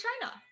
China